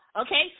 okay